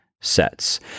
sets